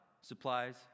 supplies